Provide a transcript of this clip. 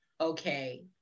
okay